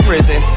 Prison